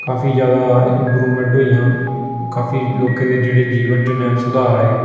काफी जैदा इम्प्रूवमैंट होइयां काफी लोकें दे जेह्ड़े जीवन च न सुधार आए